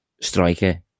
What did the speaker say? striker